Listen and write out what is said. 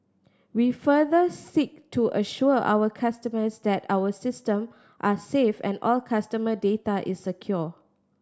we further seek to assure our customers that our system are safe and all customer data is secure